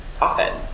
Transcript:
often